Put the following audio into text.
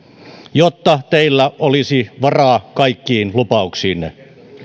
jotta teillä olisi varaa kaikkiin lupauksiinne